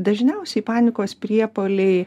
dažniausiai panikos priepuoliai